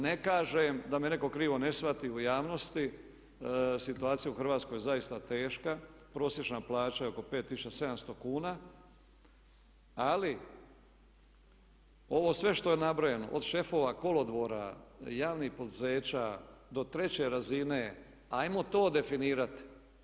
Ne kažem, da me netko krivo ne shvati u javnosti, situacija u Hrvatskoj je zaista teška, prosječna plaća je oko 5700 kuna, ali ovo sve što je nabrojeno, od šefova kolodvora, javnih poduzeća, do treće razine ajmo to definirati.